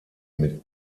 mit